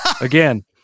Again